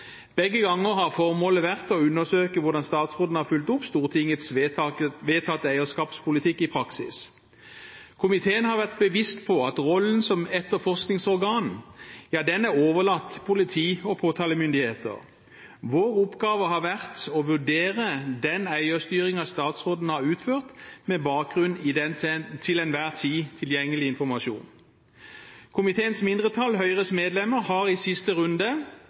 Begge ganger har formålet vært å undersøke hvordan statsråden har fulgt opp Stortingets vedtatte eierskapspolitikk i praksis. Komiteen har vært bevisst på at rollen som etterforskningsorgan er overlatt politi og påtalemyndigheter. Vår oppgave har vært å vurdere eierstyringen statsråden har utført med bakgrunn i den til enhver tid tilgjengelige informasjon. Komiteens mindretall, Høyres medlemmer, har i siste runde,